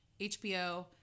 HBO